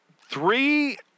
Three